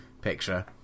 picture